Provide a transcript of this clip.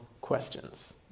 questions